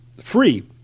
free